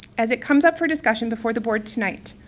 as it comes up for discussion before the board tonight,